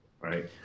right